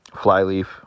Flyleaf